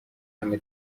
همه